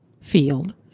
field